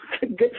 Good